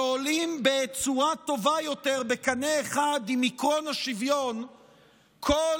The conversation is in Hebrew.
שעולים בקנה אחד עם עקרון השוויון בצורה טובה יותר,